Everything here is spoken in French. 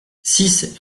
six